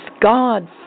God